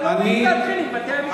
אתה לא מעז להתחיל עם בתי-המשפט.